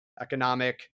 economic